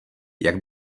jak